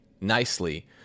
nicely